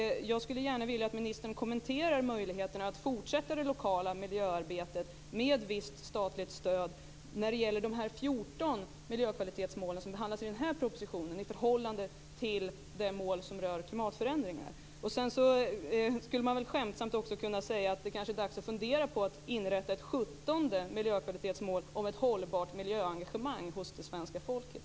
Jag skulle gärna vilja att ministern kommenterade förutsättningarna för att fortsätta det lokala miljöarbetet med visst statlig stöd när det gäller de 14 miljökvalitetsmålen som behandlas i propositionen i förhållande till de mål som rör klimatförändringar. Sedan skulle man skämtsamt kunna säga att det är dags att fundera på att inrätta ett 17:e miljökvalitetsmål om ett hållbart miljöengagemang hos det svenska folket.